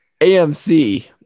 AMC